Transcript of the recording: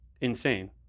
Insane